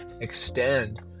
extend